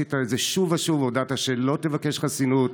עשית את זה שוב ושוב, הודעת שלא תבקש חסינות.